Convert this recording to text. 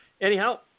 Anyhow